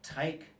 Take